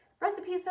recipes